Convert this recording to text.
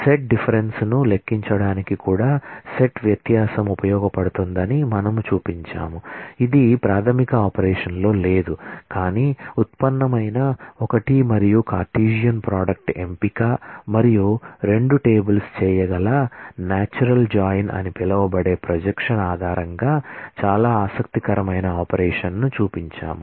set difference అని పిలువబడే projection ఆధారంగా చాలా ఆసక్తికరమైన ఆపరేషన్ను చూపించాము